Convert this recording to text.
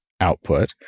output